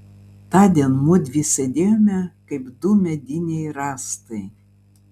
tądien mudvi sėdėjome kaip du mediniai rąstai